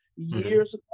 Years